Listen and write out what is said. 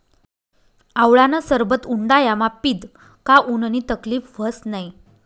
आवळानं सरबत उंडायामा पीदं का उननी तकलीब व्हस नै